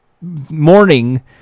morning